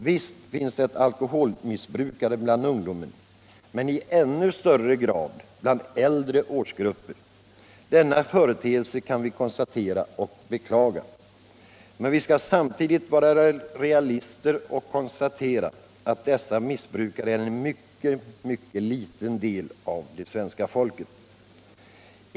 Visst finns det alkoholmissbrukare bland ungdomen, men i ännu högre grad bland äldre årsgrupper. Denna företeelse kan vi observera och beklaga. Men vi skall samtidigt vara realister och konstatera att dessa missbrukare är en mycket liten del av det svenska folket.